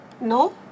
No